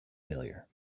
failure